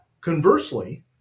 conversely